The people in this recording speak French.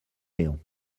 léon